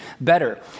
better